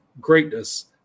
greatness